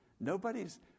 Nobody's